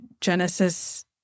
Genesis